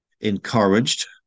encouraged